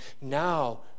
now